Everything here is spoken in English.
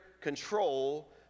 control